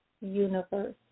universe